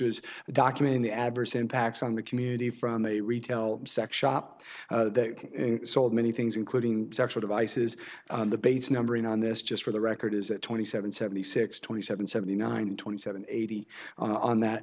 is documenting the adverse impacts on the community from a retail sex shop that sold many things including sexual devices the base numbering on this just for the record is that twenty seven seventy six twenty seven seventy nine twenty seven eighty on that